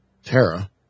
Tara